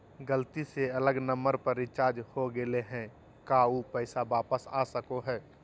गलती से अलग नंबर पर रिचार्ज हो गेलै है का ऊ पैसा वापस आ सको है?